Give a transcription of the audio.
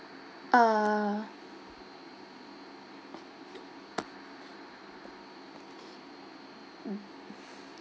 uh